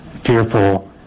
fearful